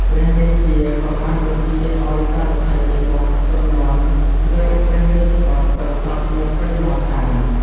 ព្រះរាជាក៏បានបញ្ជាឱ្យសារថីឈ្មោះ សុនន្ទ យកព្រះរាជបុត្រទៅកប់នៅព្រៃហ្មសាន។